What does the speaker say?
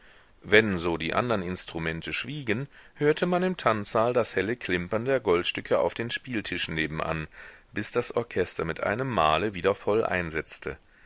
wenn so die andern instrumente schwiegen hörte man im tanzsaal das helle klimpern der goldstücke auf den spieltischen nebenan bis das orchester mit einem male wieder voll einsetzte